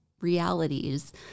realities